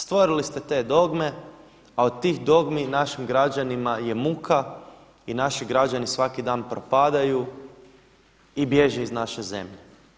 Stvorili ste te dogme, a od tih dogmi našim građanima je muka i naši građani svaki dan propadaju i bježe iz naše zemlje.